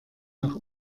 nach